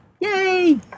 Yay